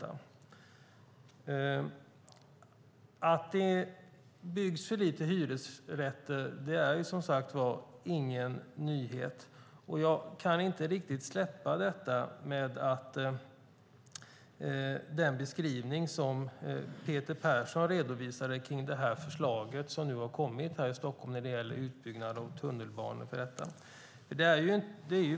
Att det byggs för få hyresrätter är ingen nyhet. Jag kan inte riktigt släppa den beskrivning som Peter Persson redovisade kring det förslag som har kommit här i Stockholm när det gäller utbyggnad av tunnelbanan.